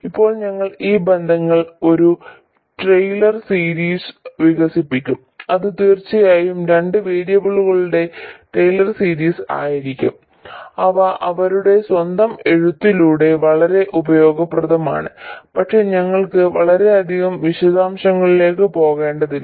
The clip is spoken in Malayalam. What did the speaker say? ഇപ്പോൾ ഞങ്ങൾ ഈ ബന്ധങ്ങൾ ഒരു ടെയ്ലർ സീരീസ് വികസിപ്പിക്കും ഇത് തീർച്ചയായും രണ്ട് വേരിയബിളുകളുടെ ടെയ്ലർ സീരീസ് ആയിരിക്കും അവ അവരുടെ സ്വന്തം എഴുത്തിലൂടെ വളരെ ഉപയോഗപ്രദമാണ് പക്ഷേ ഞങ്ങൾക്ക് വളരെയധികം വിശദാംശങ്ങളിലേക്ക് പോകേണ്ടതില്ല